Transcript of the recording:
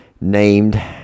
named